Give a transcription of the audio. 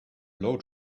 blow